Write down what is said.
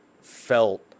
felt